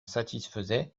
satisfaisaient